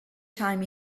time